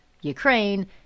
Ukraine